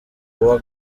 uwa